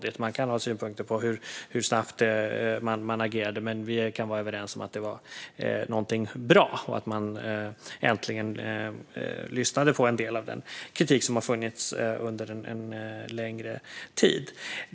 Det går att ha synpunkter på hur snabbt man agerade, men vi kan vara överens om att det var bra att man äntligen lyssnade på en del av den kritik som har funnits under en längre tid.